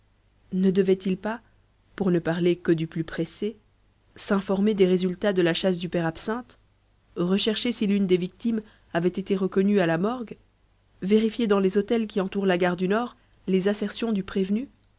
ne devait-il pas pour ne parler que du plus pressé s'informer des résultats de la chasse du père absinthe rechercher si l'une des victimes avait été reconnue à la morgue vérifier dans les hôtels qui entourent la gare du nord les assertions du prévenu